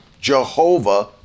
Jehovah